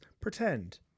Pretend